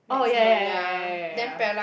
oh yeah yeah yeah yeah yeah yeah yeah yeah